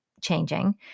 changing